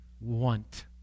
want